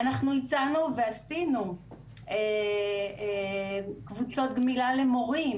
אנחנו הצענו ועשינו קבוצות גמילה למורים.